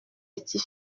petit